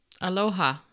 Aloha